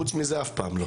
חוץ מזה אף פעם לא.